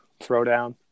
throwdown